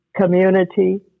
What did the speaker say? community